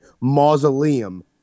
Mausoleum